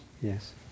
Yes